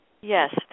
Yes